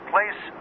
Place